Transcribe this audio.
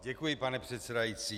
Děkuji, pane předsedající.